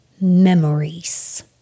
memories